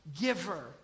Giver